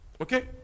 Okay